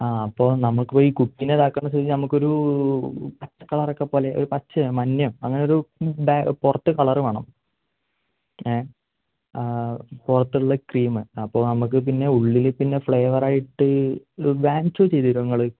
ആഹ് അപ്പോൾ നമ്മൾക്ക് പോയി കുട്ടിയിനെ ഇതാക്കേണ്ട സ്ഥിതിക്ക് നമ്മൾക്കൊരു പച്ച കളറൊക്കെ പോലെ ഒരു പച്ചയോ മഞ്ഞയോ അങ്ങനെ ഒരു പുറത്ത് കളറ് വേണം എഹ് പുറത്തുള്ള ക്രീം അപ്പോൾ നമ്മൾക്ക് പിന്നെ ഉള്ളിൽ പിന്നെ ഫ്ലേവറായിട്ട് വാൻചോ ചെയ്തുതരുമോ നിങ്ങൾ